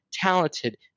talented